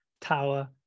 tower